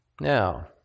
Now